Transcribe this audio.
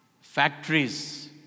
Factories